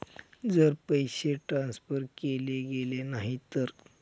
जर पैसे ट्रान्सफर केले गेले नाही तर?